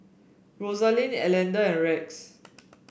Rosalind Elder and Rex